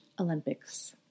Olympics